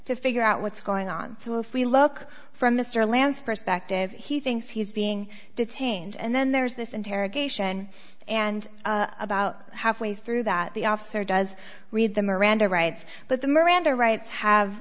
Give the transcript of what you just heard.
to figure out what's going on to if we look for mr lance perspective he thinks he's being detained and then there's this interrogation and about halfway through that the officer does read the miranda rights but the miranda rights have